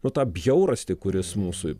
nu tą bjaurastį kuris mūsų